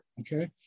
Okay